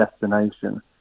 destination